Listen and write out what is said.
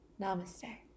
Namaste